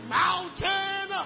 mountain